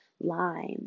lime